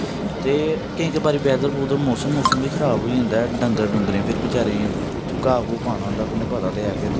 ते केईं बारी वेदर वूदर मौसम बी खराब होई जंदा डंगर डूंगरे फिर बचारें ई कु'त्थुआं घाऽ घूऽ पाना होंदा तुसें गी पता ते ऐ फिर